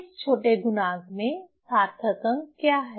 इस छोटे गुणांक में सार्थक अंक क्या है